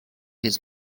his